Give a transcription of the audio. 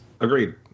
Agreed